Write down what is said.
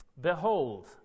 behold